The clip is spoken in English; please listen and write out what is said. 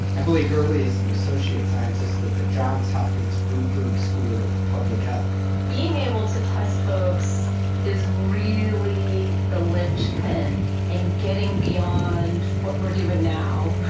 emily gurley is an associate scientist at the johns hopkins bloomberg school of public health being able to test folks is really the linchpin in getting beyond what we're doing now,